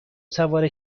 سوار